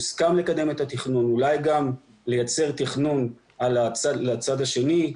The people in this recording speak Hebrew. הוסכם לקדם את התכנון ואולי גם לייצר תכנון לצד השני,